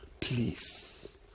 Please